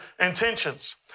intentions